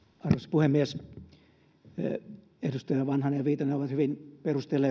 puhemies edustajat vanhanen ja viitanen ovat hyvin perustelleet noita muutostarpeita